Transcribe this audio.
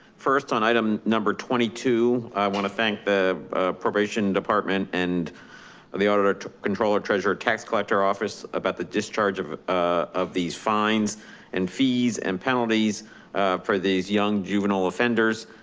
first on item number twenty two. i want to thank the probation department and and the auditor controller treasurer tax collector office about the discharge of ah of these fines and fees and penalties for these young juvenile offenders.